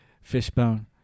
Fishbone